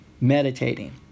meditating